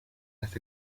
las